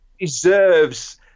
deserves